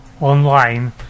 online